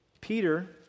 Peter